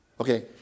Okay